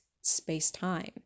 space-time